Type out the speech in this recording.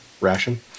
ration